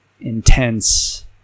intense